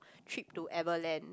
trip to Everland